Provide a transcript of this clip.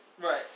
Right